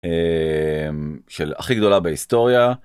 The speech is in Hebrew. של הכי גדולה בהיסטוריה.